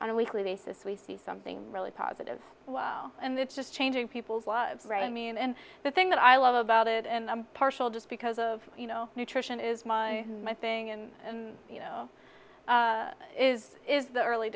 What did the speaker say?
on a weekly basis we see something really positive well and it's just changing people's lives right i mean and the thing that i love about it and i'm partial just because of you know nutrition is my my thing and you know is is the early